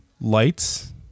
lights